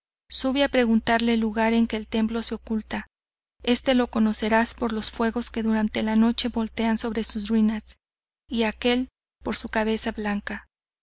sube a preguntarle el lugar en que el templo se oculta este lo conocerás por los fuegos que durante la noche voltean sobre sus ruinas y a aquel por su cabeza blanca